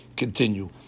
continue